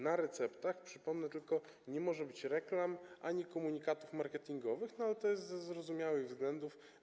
Na receptach - przypomnę tylko - nie może być reklam ani komunikatów marketingowych, ale to jest ze zrozumiałych względów.